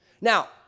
Now